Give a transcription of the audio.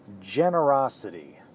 generosity